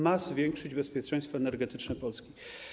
Ma to zwiększyć bezpieczeństwo energetyczne Polski.